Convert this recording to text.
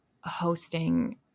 hosting